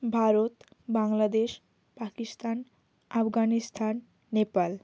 Bharat Bangladesh Pakistan Afghanistan Nepal